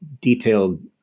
detailed